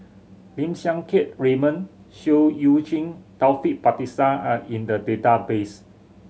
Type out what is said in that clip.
Lim Siang Keat Raymond Seah Eu Chin Taufik Batisah are in the database